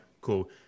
cool